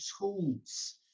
tools